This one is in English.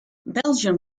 belgian